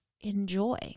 Enjoy